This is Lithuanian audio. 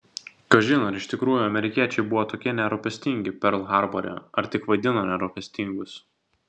kažin ar iš tikrųjų amerikiečiai buvo tokie nerūpestingi perl harbore ar tik vaidino nerūpestingus